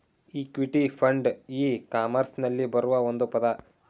equity fund ಇ ಕಾಮರ್ಸ್ನಲ್ಲಿ ಬರುವ ಒಂದು ಪದ